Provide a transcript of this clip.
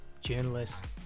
journalists